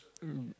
um